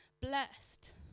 blessed